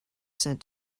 sent